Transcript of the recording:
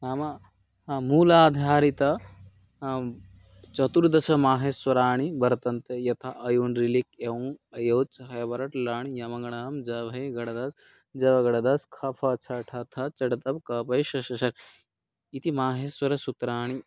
नाम मूलाधारितं चतुर्दश माहेश्वराणि वर्तन्ते यथा अइउण् ऋलृक् एओङ् ऐऔच् हयवरट् लण् ञमङणनम् झभय् घढधश् जबगडदश् खफछठथचटतव् कपय् शषसर् इति माहेश्वरसूत्राणि